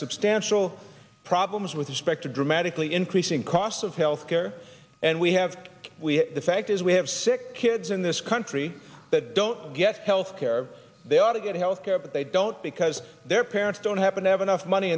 substantial problems with respect to dramatically increasing cost of health care and we have the fact is we have sick kids in this country that don't get health care they ought to get health care but they don't because their parents don't happen to have enough money